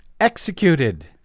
Executed